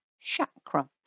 chakra